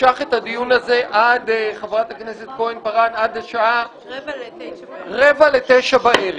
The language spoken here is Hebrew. משך את הדיון הזה עד לשעה 20:45 בערב,